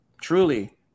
truly